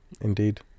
Indeed